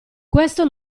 questo